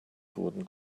wurden